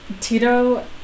Tito